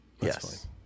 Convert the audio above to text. Yes